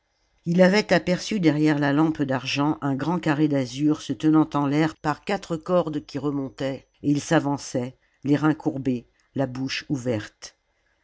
ii avait aperçu derrière la lampe d'argent un grand carré d'azur se tenant en l'air par quatre cordes qui remontaient et il s'avançait les reins courbés la bouche ouverte